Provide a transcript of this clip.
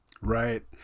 Right